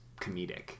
comedic